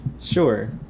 Sure